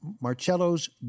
Marcello's